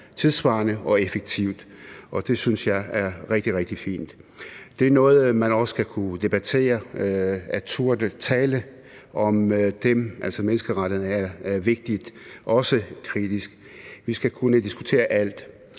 tidssvarende og effektivt, og det synes jeg er rigtig, rigtig fint. Det er noget, man også skal kunne debattere og turde tale om, også kritisk, altså at menneskerettigheder er vigtigt. Vi skal kunne diskutere alt.